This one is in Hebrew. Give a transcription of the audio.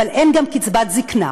אבל אין גם קצבת זקנה.